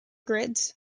grids